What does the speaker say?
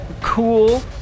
cool